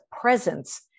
presence